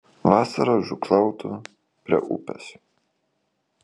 vasarą žūklautų prie upės